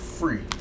free